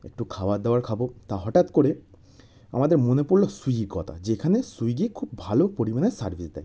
একটু খাবার দাবার খাবো তা হটাৎ করে আমাদের মনে পড়লো সুইগির কথা যে এখানে সুইগি খুব ভালো পরিমাণে সার্ভিস দেয়